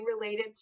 related